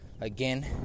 Again